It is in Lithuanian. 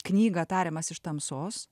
knygą tariamas iš tamsos